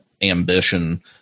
ambition